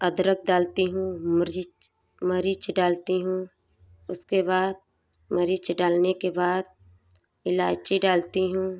अदरक डालती हूँ मुरीच मरीच डालती हूँ उसके बाद मरीच डालने के बाद इलायची डालती हूँ